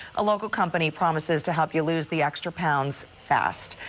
a local company promises to help you lose the extra pounds fast.